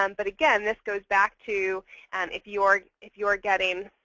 um but again, this goes back to and if you're if you're getting,